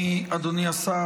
אדוני השר,